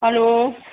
hello